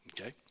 okay